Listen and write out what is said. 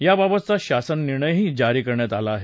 त्याबाबतचा शासन निर्णयही जारी करण्यात आला आहे